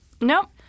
nope